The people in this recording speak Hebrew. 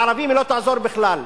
לערבים היא לא תעזור בכלל,